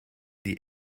die